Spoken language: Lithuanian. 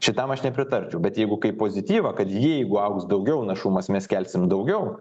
šitam aš nepritarčiau bet jeigu kaip pozityvą kad jeigu augs daugiau našumas mes kelsim daugiau